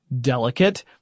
delicate